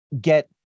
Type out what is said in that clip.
get